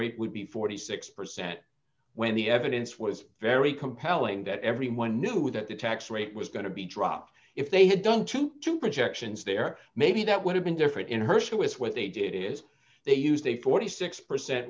rate would be forty six percent when the evidence was very compelling that everyone knew that the tax rate was going to be dropped if they had done to two projections there maybe that would have been different in hershey with what they did is they used a forty six percent